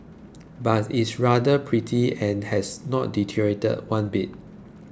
but it is rather pretty and has not deteriorated one bit